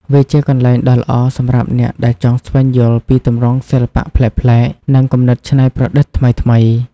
វាជាកន្លែងដ៏ល្អសម្រាប់អ្នកដែលចង់ស្វែងយល់ពីទម្រង់សិល្បៈប្លែកៗ និងគំនិតច្នៃប្រឌិតថ្មីៗ។